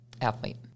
Athlete